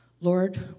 Lord